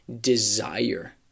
desire